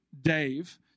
Dave